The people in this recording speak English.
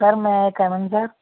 sir may I come in sir